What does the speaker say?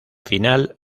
final